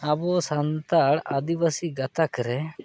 ᱟᱵᱚ ᱥᱟᱱᱛᱟᱲ ᱟᱹᱫᱤᱵᱟᱹᱥᱤ ᱜᱟᱛᱟᱠ ᱨᱮ